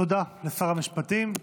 תודה לשר המשפטים.